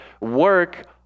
work